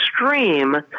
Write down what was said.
extreme